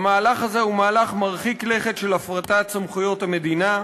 המהלך הזה הוא מהלך מרחיק לכת של הפרטת סמכויות המדינה.